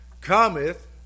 cometh